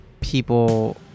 people